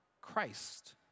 Christ